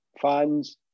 fans